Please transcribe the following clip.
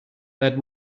that